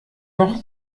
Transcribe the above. noch